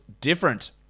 different